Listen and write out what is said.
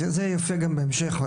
זה יופיע בהמשך.